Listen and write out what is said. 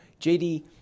JD